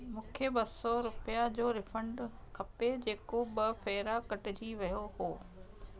मूंखे ॿ सौ रुपिया जो रीफंड खपे जेको ॿ फेरा कटिजी वियो हो